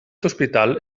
hospital